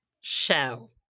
show